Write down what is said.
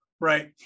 Right